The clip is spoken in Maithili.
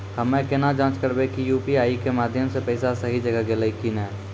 हम्मय केना जाँच करबै की यु.पी.आई के माध्यम से पैसा सही जगह गेलै की नैय?